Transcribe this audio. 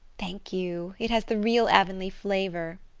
thank you. it has the real avonlea flavor.